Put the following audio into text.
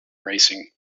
racing